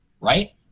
right